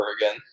again